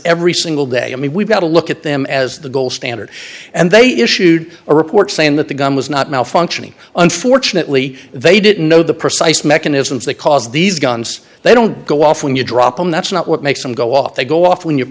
every single day i mean we've got to look at them as the gold standard and they issued a report saying that the gun was not malfunctioning unfortunately they didn't know the precise mechanisms that cause these guns they don't go off when you drop them that's not what makes them go off they go off when you